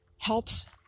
helps